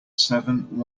seven